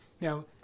Now